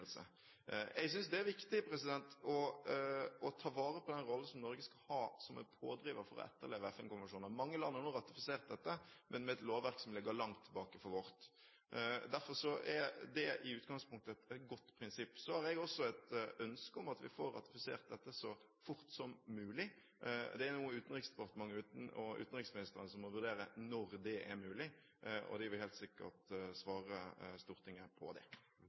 Jeg synes det er viktig å ta vare på den rollen som Norge skal ha som en pådriver for å etterleve FN-konvensjoner. Mange land har nå ratifisert dette – men med et lovverk som ligger langt tilbake for vårt. Derfor er dette i utgangspunktet et godt prinsipp. Jeg har også et ønske om at vi får ratifisert dette så fort som mulig. Det er Utenriksdepartementet og utenriksministeren som må vurdere når det er mulig, og de vil helt sikkert svare Stortinget på det.